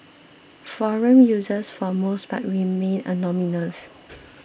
forum users for most parts remain anonymous